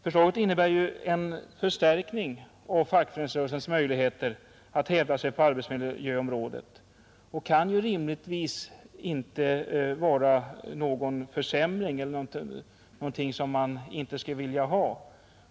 Förslaget innebär en förstärkning av fackföreningsrörelsens möjligheter att hävda sig på arbetsmiljöområdet och kan ju inte rimligtvis innebära någon försämring.